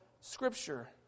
Scripture